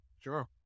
sure